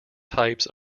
types